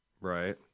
Right